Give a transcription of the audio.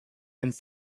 and